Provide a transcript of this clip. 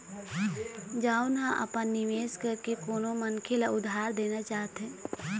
जउन ह अपन निवेश करके कोनो मनखे ल उधार देना चाहथे